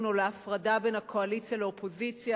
או להפרדה בין הקואליציה לאופוזיציה.